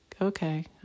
okay